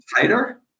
tighter